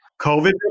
COVID